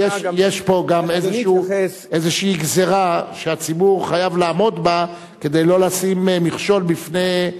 יש פה גם איזו גזירה שהציבור חייב לעמוד בה כדי שלא לשים מכשול בפני,